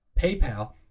PayPal